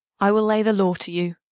i will lay the law to you.